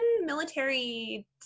military